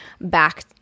back